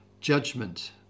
judgment